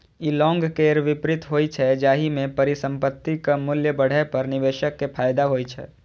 ई long केर विपरीत होइ छै, जाहि मे परिसंपत्तिक मूल्य बढ़ै पर निवेशक कें फायदा होइ छै